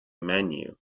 menu